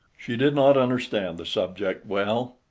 she did not understand the subject well.